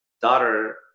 daughter